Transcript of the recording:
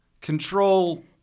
Control